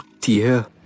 dear